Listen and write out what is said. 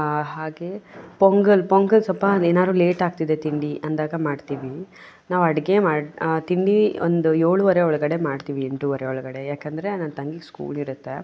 ಹಾಗೇ ಪೊಂಗಲ್ ಪೊಂಗಲ್ ಸ್ವಲ್ಪ ಏನಾದರೂ ಲೇಟ್ ಆಗ್ತಿದೆ ತಿಂಡಿ ಅಂದಾಗ ಮಾಡ್ತೀವಿ ನಾವು ಅಡುಗೆ ಮಾಡಿ ತಿಂಡಿ ಒಂದು ಏಳೂವರೆ ಒಳಗಡೆ ಮಾಡ್ತೀವಿ ಎಂಟೂವರೆ ಒಳಗಡೆ ಯಾಕಂದರೆ ನನ್ನ ತಂಗಿಗೆ ಸ್ಕೂಲ್ ಇರುತ್ತೆ